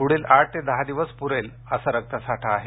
पुढील आठ ते दहा दिवस पुरेल असा रक्तसाठा आहे